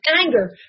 anger